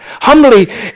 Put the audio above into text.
Humbly